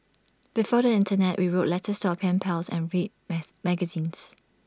before the Internet we wrote letters to our pen pals and read maze magazines